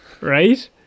right